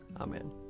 Amen